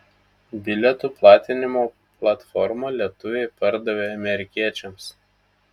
bilietų platinimo platformą lietuviai pardavė amerikiečiams